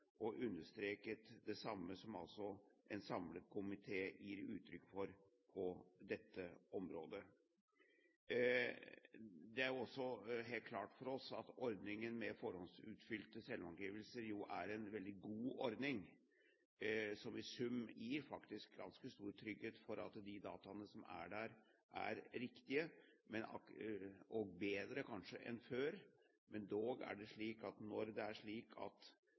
og han understreket det samme som en samlet komité gir uttrykk for på dette området. Det er helt klart for oss at ordningen med forhåndsutfylte selvangivelser er en veldig god ordning, som i sum gir ganske stor trygghet for at de dataene som er der, er riktige og kanskje bedre enn før, men dog: Når det er skatteetaten som fyller ut selvangivelsene for landets borgere, er det selvfølgelig av stor viktighet at